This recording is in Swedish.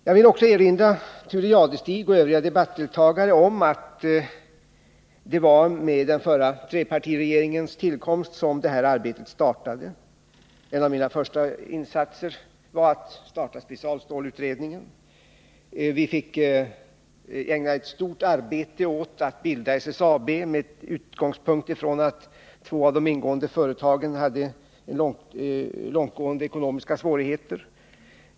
Jag vill också erinra Thure Jadestig och övriga debattdeltagare om att det var med den förra trepartiregeringens tillkomst som det här arbetet startade. En av mina första åtgärder var att starta specialstålsutredningen. Vi fick ägna ett stort arbete åt att bilda SSAB, med utgångspunkt i att två av de ingående företagen hade långtgående ekonomiska svårigheter.